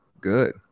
good